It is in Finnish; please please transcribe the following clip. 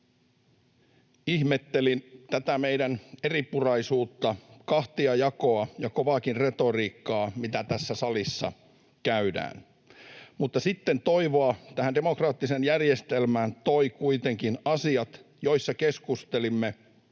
ihmettelin tätä meidän eripuraisuutta, kahtiajakoa ja kovaakin retoriikkaa, mitä tässä salissa käydään. Mutta sitten toivoa tähän demokraattiseen järjestelmään toivat kuitenkin asiat, joissa keskustelimme